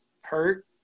hurt